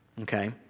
Okay